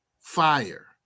fire